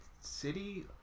city